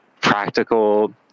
practical